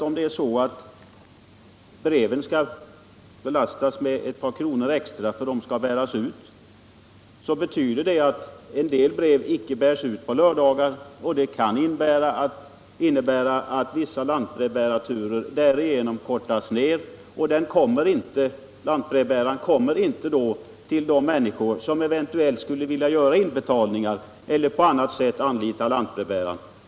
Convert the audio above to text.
Om breven belastas med ett par kronor extra för att de skall bäras ut, betyder det att en del brev icke bärs ut på lördagar, och det kan innebära att vissa lantbrevbärarturer därigenom kortas ned. Lantbrevbäraren kommer inte till de människor som eventuellt skulle vilja göra inbetalningar eller på annat sätt anlita lantbrevbäraren.